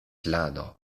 lano